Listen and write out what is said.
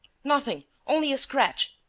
nothing only a scratch,